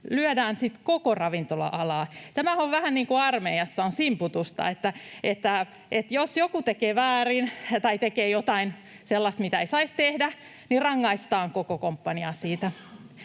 lyödään koko ravintola-alaa. Tämä on vähän niin kuin armeijassa on simputusta, että jos joku tekee väärin tai tekee jotain sellaista, mitä ei saisi tehdä, niin rangaistaan koko komppaniaa siitä.